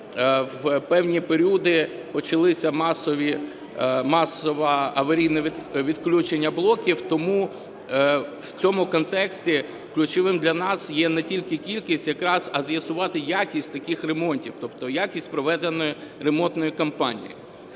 в певні періоди почалися масове аварійне відключення блоків. Тому в цьому контексті ключовим для нас є не тільки якість якраз, а з'ясувати якість таких ремонтів, тобто якість проведеної ремонтної кампанії.